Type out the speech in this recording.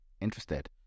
interested